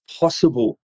possible